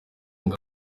ngo